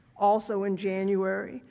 also in january,